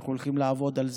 ואנחנו הולכים לעבוד על זה.